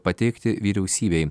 pateikti vyriausybei